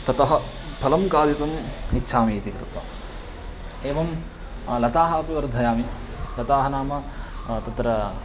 ततः फलं खादितुम् इच्छामि इति कृत्वा एवं लताः अपि वर्धयामि लताः नाम तत्र